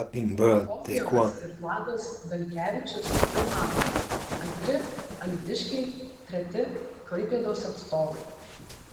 prokofjevas ir vladas belkevičius pirmavo antri alytiškiai treti klaipėdos atstovai